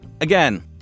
Again